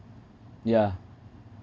yeah